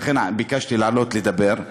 ולכן ביקשתי לעלות לדבר,